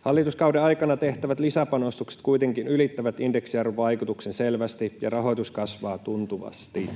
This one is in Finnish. Hallituskauden aikana tehtävät lisäpanostukset kuitenkin ylittävät indeksiarvovaikutuksen selvästi, ja rahoitus kasvaa tuntuvasti.